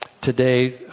Today